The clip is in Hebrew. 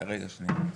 רגע, שנייה.